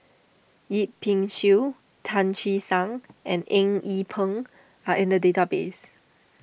Yip Pin Xiu Tan Che Sang and Eng Yee Peng are in the database